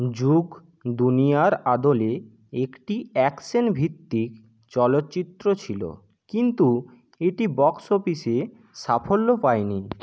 যুগ দুনিয়ার আদলে একটি অ্যাকশন ভিত্তিক চলচ্চিত্র ছিল কিন্তু এটি বক্স অফিসে সাফল্য পায়নি